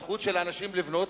מופקד על הזכות של אנשים לבנות